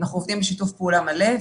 אנחנו עובדים בשיתוף פעולה מלא,